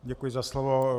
Děkuji za slovo.